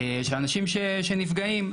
שאנשים שנפגעים,